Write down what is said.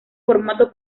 formato